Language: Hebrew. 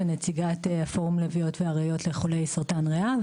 ונציגת פורום לביאות ואריות לחולי סרטן ריאה.